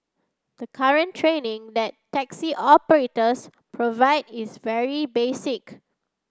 the current training that taxi operators provide is very basic